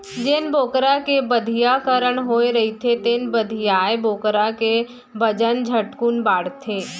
जेन बोकरा के बधियाकरन होए रहिथे तेन बधियाए बोकरा के बजन झटकुन बाढ़थे